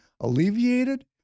alleviated